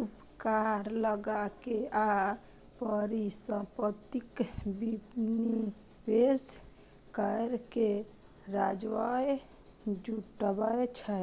उपकर लगाके आ परिसंपत्तिक विनिवेश कैर के राजस्व जुटाबै छै